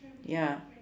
ya